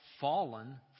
fallen